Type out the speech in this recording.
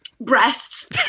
breasts